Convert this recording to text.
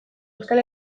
euskal